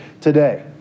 today